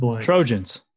Trojans